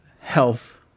health